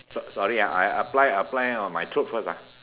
s~ sorry ah I apply apply on my throat first ah